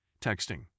texting